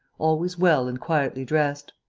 always well and quietly dressed.